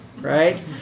right